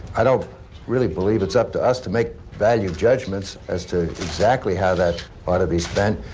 i don't really believe it's up to us to make value judgments as to exactly how that ought to be spent.